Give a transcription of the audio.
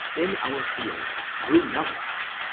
in our fields grew melons,